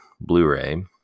Blu-ray